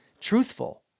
truthful